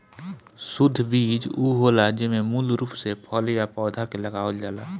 शुद्ध बीज उ होला जेमे मूल रूप से फल या पौधा के लगावल जाला